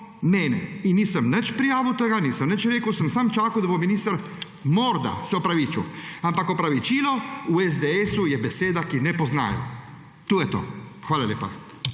mene. In nisem nič prijavil tega, nisem nič rekel, sem samo čakal, da bo minister morda se opravičil. Ampak opravičilo v SDS-u je beseda, ki ne je ne poznajo. To je to. Hvala lepa.